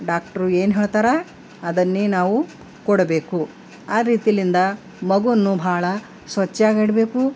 doctor ಏನು ಹೇಳ್ತಾರೆ ಅದನ್ನೇ ನಾವು ಕೊಡಬೇಕು ಆ ರೀತಿಯಿಂದ ಮಗುನ್ನು ಬಹಳ ಸ್ವಚ್ಛವಾಗಿಡಬೇಕು